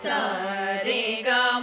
Sarega